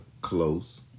close